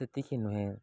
ସେତିକି ନୁହେଁ